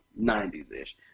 90s-ish